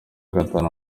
gatanu